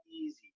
easy